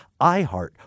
iHeart